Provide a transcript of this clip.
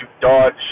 dodge